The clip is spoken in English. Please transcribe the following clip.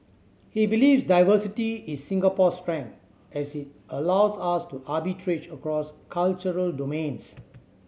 he believes diversity is Singapore's strength as it allows us to arbitrage across cultural domains